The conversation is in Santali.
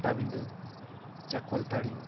ᱯᱟᱴᱟᱵᱤᱸᱰᱟᱹ ᱪᱟᱠᱚᱞᱛᱟᱹᱲᱤ